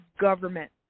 government